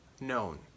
known